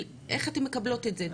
איך אתם מקבלות את זה?